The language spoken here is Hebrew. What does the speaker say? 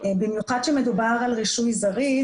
במיוחד שמדובר על רישוי זריז,